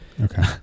Okay